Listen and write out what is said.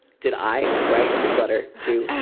did i write this letter to